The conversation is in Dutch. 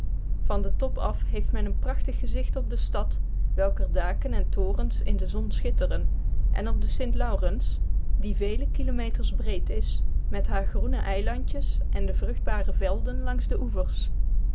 van den top af heeft men een prachtig gezicht op de stad welker daken en torens in de zon schitteren en op de sint laurens die vele kilometers breed is met hare groene eilandjes en de vruchtbare velden langs de oevers